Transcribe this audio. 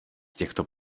těchto